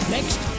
Next